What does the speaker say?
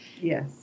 yes